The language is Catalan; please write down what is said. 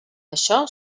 això